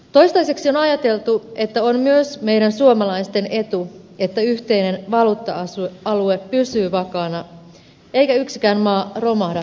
toistaiseksi on ajateltu että on myös meidän suomalaisten etu että yhteinen valuutta alue pysyy vakaana eikä yksikään maa romahda konkurssiin